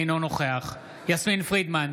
אינו נוכח יסמין פרידמן,